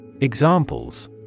Examples